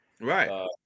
right